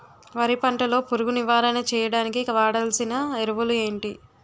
వరి పంట లో పురుగు నివారణ చేయడానికి వాడాల్సిన ఎరువులు ఏంటి?